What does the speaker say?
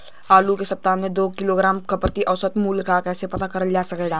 आलू के सप्ताह में दो किलोग्राम क प्रति औसत मूल्य क कैसे पता करल जा सकेला?